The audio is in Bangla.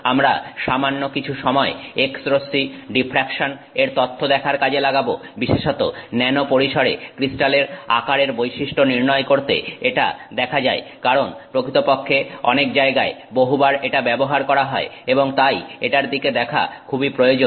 আমরা সামান্য কিছু সময় X রশ্মি ডিফ্রাকশন এর তথ্য দেখার কাজে লাগাবো বিশেষত ন্যানো পরিসরে ক্রিস্টালের আকারের বৈশিষ্ট্য নির্ণয় করতে এটা দেখা হয় কারণ প্রকৃতপক্ষে অনেক জায়গায় বহুবার এটা ব্যবহার করা হয় এবং তাই এটার দিকে দেখা খুবই প্রয়োজন